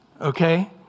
Okay